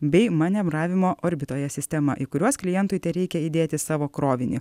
bei manevravimo orbitoje sistema į kuriuos klientui tereikia įdėti savo krovinį